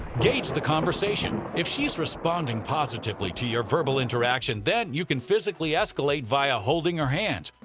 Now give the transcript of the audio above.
gauge the conversation, if she's responding positively to your verbal interaction then you can physically escalate via holding her hand,